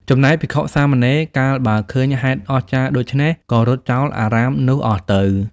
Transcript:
ចំណែកភិក្ខុ-សាមណេរ កាលបើឃើញហេតុអស្ចារ្យដូច្នេះ ក៏រត់ចោលអារាមនោះអស់ទៅ ។